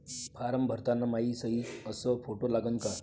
Form भरताना मायी सयी अस फोटो लागन का?